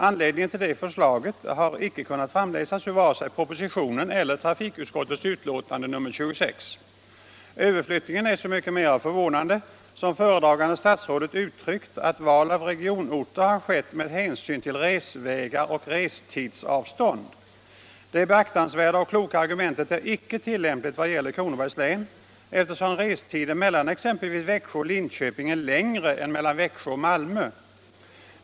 Anledningen till det förslaget har icke kunnat utläsas ur vare sig propositionen eller trafikutskottets betänkande nr 26. Överflyttningen är så mycket mera förvånande som föredragande statsrådet uttryckt att val av regionorter har skett med hänsyn till resvägar och restidsavstånd. Det beaktansvärda och kloka argumentet är icke tilllämpligt vad gäller Kronobergs län, eftersom restiden mellan exempelvis Växjö och Linköping är längre än mellan Växjö och Malmö.